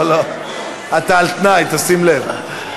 לא לא, אתה על-תנאי, תשים לב.